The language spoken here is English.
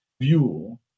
view